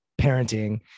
parenting